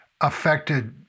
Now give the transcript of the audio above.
affected